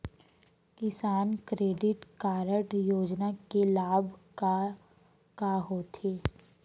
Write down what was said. किसान credit card योजना के लाभ का का होथे?